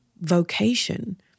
vocation